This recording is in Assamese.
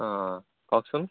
অঁ অঁ কওকচোন